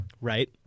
Right